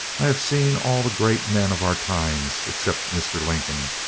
i have seen all the great men of our times, except mr. lincoln,